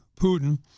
Putin